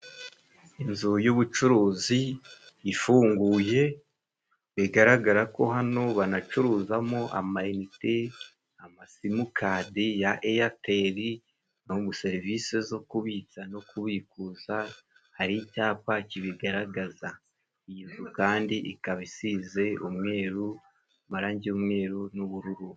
Inzu y'ubucuruzi ifunguye, bigaragara ko hano banacuruzamo amayinite, amasimukadi ya eyateli, serivisi zo kubitsa no kubikuza, hari icyapa kibigaragaza. iyi nzu kandi ikaba isize umweru, amararangi y'umweru n'ubururu.